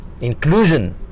inclusion